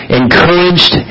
encouraged